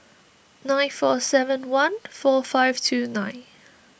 nine four seven one four five two nine